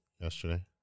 yesterday